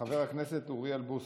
חבר הכנסת אוריאל בוסו,